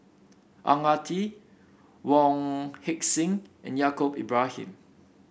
Ang Ah Tee Wong Heck Sing and Yaacob Ibrahim